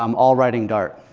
um all writing dart.